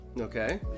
Okay